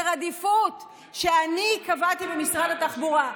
אלא סדר עדיפויות שאני קבעתי במשרד התחבורה.